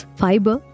fiber